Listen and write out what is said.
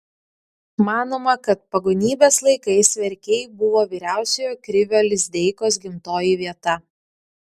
manoma kad pagonybės laikais verkiai buvo vyriausiojo krivio lizdeikos gimtoji vieta